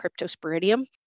cryptosporidium